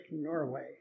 Norway